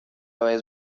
vez